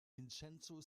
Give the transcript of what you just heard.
vincenzo